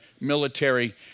military